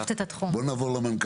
רק אומר משפט